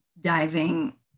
diving